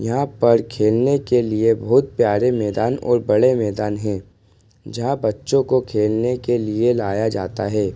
यहाँ पर खेलने के लिए बहुत प्यारे मैदान और बड़े मैदान हैं जहाँ बच्चों को खेलने के लिए लाया जाता है